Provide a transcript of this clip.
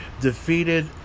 defeated